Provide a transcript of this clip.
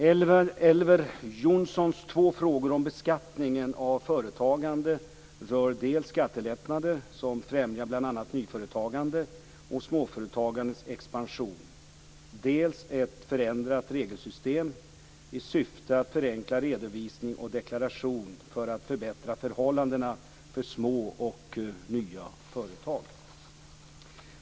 Elver Jonssons två frågor om beskattningen av företagande rör dels skattelättnader som främjar bl.a. nyföretagande och småföretagens expansion, dels ett förändrat regelsystem i syfte att förenkla redovisning och deklaration för att förbättra förhållandena för små och nya företag.